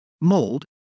mold